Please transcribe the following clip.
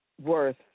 worth